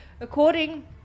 according